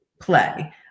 play